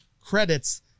credits